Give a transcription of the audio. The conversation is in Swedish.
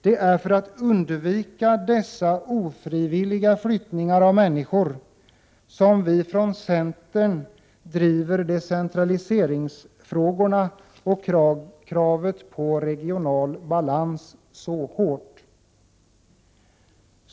Det är för att undvika dessa ofrivilliga flyttningar av människor som vi från centern driver decentraliseringsfrågorna och kravet på regional balans så hårt.